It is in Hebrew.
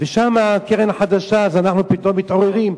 ושם הקרן החדשה אז אנחנו פתאום מתעוררים.